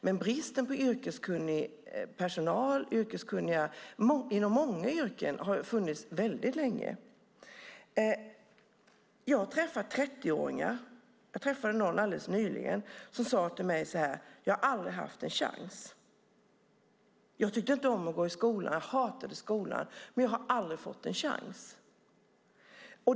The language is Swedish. Men bristen på yrkeskunnig personal inom många yrken har funnits väldigt länge. Jag träffar 30-åringar. Jag träffade alldeles nyligen någon som sade till mig: Jag har aldrig haft en chans. Jag tyckte inte om att gå i skolan. Jag hatade skolan. Men jag har aldrig fått en chans.